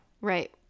right